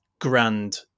grand